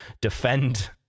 defend